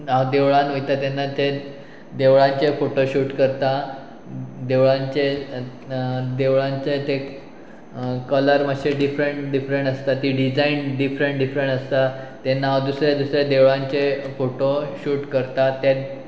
हांव देवळान वयता तेन्ना ते देवळांचे फोटो शूट करता देवळांचे देवळांचे ते कलर मातशें डिफरंट डिफरंट आसता ती डिजायन डिफरंट डिफरंट आसता तेन्ना हांव दुसऱ्या दुसऱ्या देवळांचे फोटो शूट करता ते